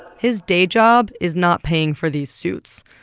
his day job is not paying for these suits.